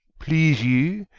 please you,